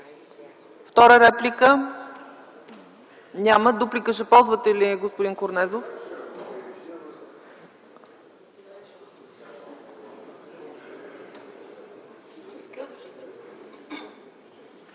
Втора реплика? Няма. Дуплика ще ползвате ли, господин Корнезов?